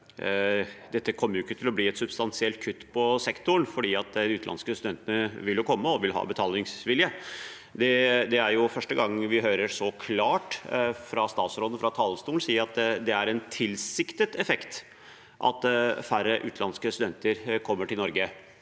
ikke kommer til å bli et substansielt kutt for sektoren, fordi de utenlandske studentene vil jo komme og vil ha betalingsvilje. Det er første gang vi hører statsråden si så klart fra talerstolen at det er en tilsiktet effekt at færre utenlandske studenter kommer til Norge,